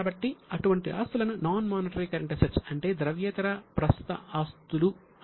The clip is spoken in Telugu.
కాబట్టి అటువంటి ఆస్తులను నాన్ మానిటరీ కరెంట్ అసెట్స్ అంటే ద్రవ్యేతర ప్రస్తుత ఆస్తులు అంటారు